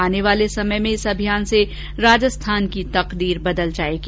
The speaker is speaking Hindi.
आने वाले समय में इस अभियान से राजस्थान की तकदीर बदल जाएगी